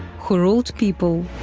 who ruled people,